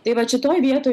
tai vat šitoj vietoj